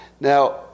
Now